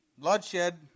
Bloodshed